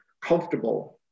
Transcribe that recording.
comfortable